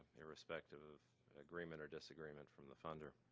irrespective of agreement or disagreement from the funder.